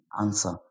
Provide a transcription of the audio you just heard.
answer